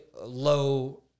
low